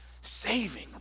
saving